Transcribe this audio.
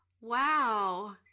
Wow